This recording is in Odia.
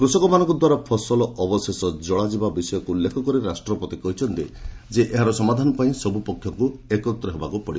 କୃଷକମାନଙ୍କ ଦ୍ୱାରା ଫସଲ ଅବଶେଷ ଜଳାଯିବା ବିଷୟକୁ ଉଲ୍ଲେଖ କରି ରାଷ୍ଟ୍ରପତି କହିଛନ୍ତି ଏହାର ସମାଧାନ ପାଇଁ ସବୁ ପକ୍ଷଙ୍କୁ ଏକାଠି ହେବାକୁ ପଡ଼ିବ